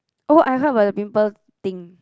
oh I heard about the pimple thing